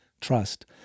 Trust